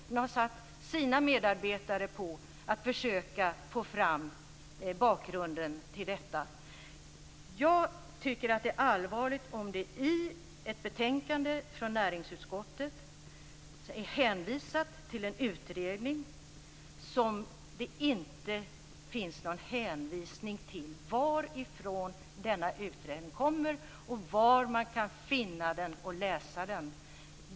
De har satt sina medarbetare på att försöka få fram bakgrunden till detta. Jag tycker att det är allvarligt om det i ett betänkande från näringsutskottet hänvisas till en utredning som det inte finns någon hänvisning till varifrån den kommer och var man kan finna den och läsa den.